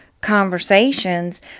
conversations